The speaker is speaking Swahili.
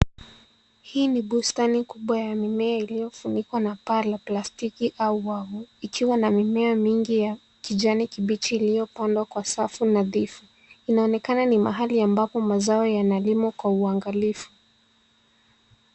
Hii ni bustani kubwa ya mimea iliyofunikwa na paa la plastiki au wavu, ikiwa na mimea mingi ya kijani kibichi iliyopandwa kwa safu nadhifu. Inaonekana ni mahali ambapo mazao yanalimwa kwa uangalifu.